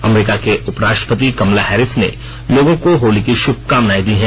अमरीका की उपराष्ट्रपति Kamala Harris ने लोगों को होली की शुभकामनाएं दी हैं